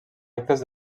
actes